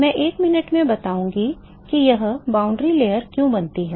मैं एक मिनट में बताऊंगा कि यह सीमा परत क्यों बनती है